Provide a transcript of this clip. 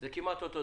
זה כמעט אותו דבר?